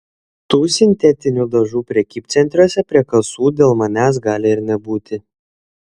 tų sintetinių dažų prekybcentriuose prie kasų dėl manęs gali ir nebūti